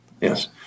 Yes